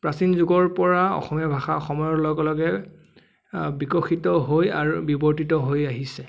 প্ৰাচীন যুগৰ পৰা অসমীয়া ভাষা সময়ৰ লগে লগে বিকশিত হৈ আৰু বিবৰ্তিত হৈ আহিছে